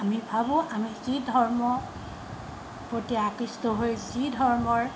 আমি ভাবোঁ আমি যি ধৰ্ম প্ৰতি আকৃষ্ট হৈ যি ধৰ্মৰ